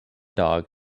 dog